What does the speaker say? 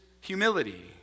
humility